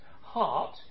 heart